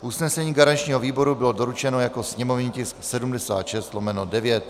Usnesení garančního výboru bylo doručeno jako sněmovní tisk číslo 76/9.